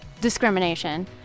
discrimination